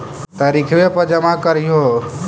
तरिखवे पर जमा करहिओ?